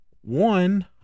One